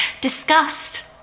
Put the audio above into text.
Disgust